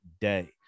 day